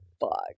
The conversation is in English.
Fuck